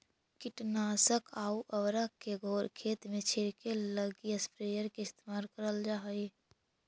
कीटनाशक आउ उर्वरक के घोल खेत में छिड़ऽके लगी स्प्रेयर के इस्तेमाल करल जा हई